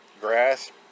grass